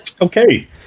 Okay